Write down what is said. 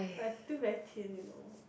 but it's still very thin you know